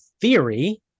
theory